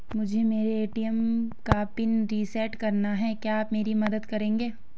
मुझे मेरे ए.टी.एम का पिन रीसेट कराना है क्या आप मेरी मदद करेंगे?